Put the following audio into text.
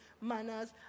manners